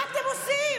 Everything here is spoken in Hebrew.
מה אתם עושים?